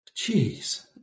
Jeez